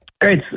Great